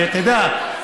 אתה יודע,